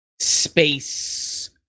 space